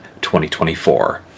2024